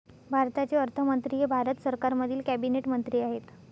भारताचे अर्थमंत्री हे भारत सरकारमधील कॅबिनेट मंत्री आहेत